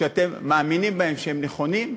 ודברים שאתם מאמינים שהם נכונים,